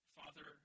father